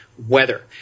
weather